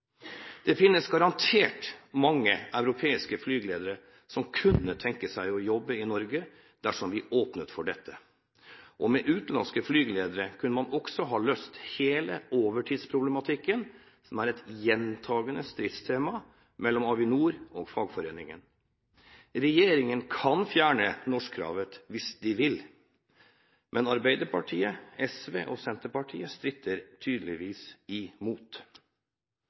Det finnes garantert mange europeiske flygeledere som kunne tenke seg å jobbe i Norge dersom vi åpnet for dette, og med utenlandske flygeledere kunne man også ha løst hele overtidsproblematikken, som er et gjentagende stridstema mellom Avinor og fagforeningen. Regjeringen kan fjerne norskkravet hvis den vil, men Arbeiderpartiet, SV og Senterpartiet stritter tydeligvis imot.